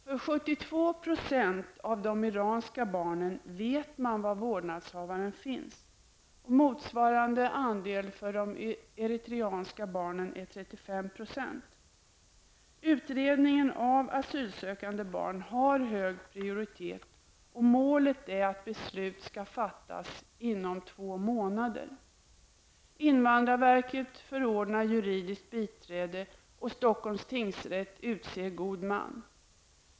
För 72 % av de iranska barnen vet man var vårdnadshavaren finns. Motsvarande andel för de eritreanska barnen är 35 %. Utredning av asylsökande barn har hög prioritet, och målet är att beslut skall vara fattat inom två månader. Invandrarverket förordnar juridiskt biträde och Stockholms tingsrätt utser god man.